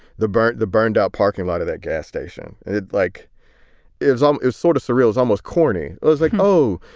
the burnt the burned out parking lot of that gas station. and it like it was um it was sort of surreal, is almost corny. it was like, oh,